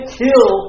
kill